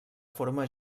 forma